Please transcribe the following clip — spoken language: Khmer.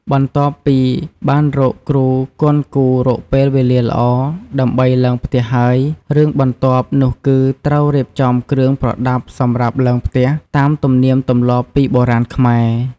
បន្ទាប់ពីបានរកគ្រូគន់គូររកពេលវេលាល្អ ដើម្បីឡើងផ្ទះហើយ រឿងបន្ទាប់នោះគឺ ត្រូវរៀបចំគ្រឿងប្រដាប់សម្រាប់ឡើងផ្ទះតាមទំនៀមទម្លាប់ពីបុរាណខ្មែរ។